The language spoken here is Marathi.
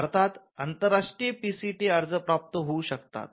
भारतात आंतरराष्ट्रीय पीसीटी अर्ज प्राप्त होऊ शकतात